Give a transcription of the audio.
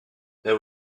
there